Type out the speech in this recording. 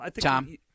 Tom